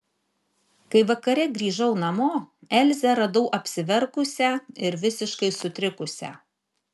kai vakare grįžau namo elzę radau apsiverkusią ir visiškai sutrikusią